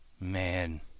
man